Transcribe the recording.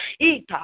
Ita